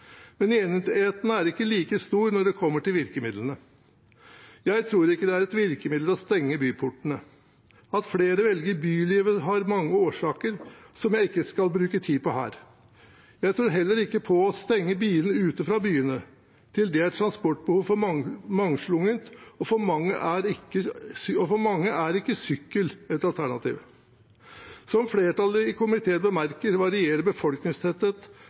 Men enigheten er ikke like stor når det kommer til virkemidlene. Jeg tror ikke det er et virkemiddel å stenge byportene. At flere velger bylivet, har mange årsaker som jeg ikke skal bruke tid på her. Jeg tror heller ikke på å stenge bilene ute fra byene. Til det er transportbehovet for mangslungent, og for mange er ikke sykkel et alternativ. Som flertallet i komiteen bemerker, varierer